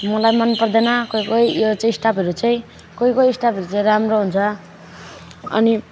मलाई मन पर्दैन कोही कोही यो चाहिँ स्टाफहरू चाहिँ कोही कोही स्टाफहरू चाहिँ राम्रो हुन्छ अनि